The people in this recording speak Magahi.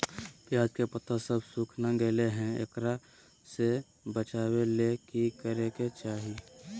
प्याज के पत्ता सब सुखना गेलै हैं, एकरा से बचाबे ले की करेके चाही?